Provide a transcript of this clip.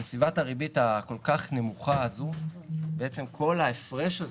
בסביבת הריבית הכול כך נמוכה הזו בעצם כל ההפרש הזה,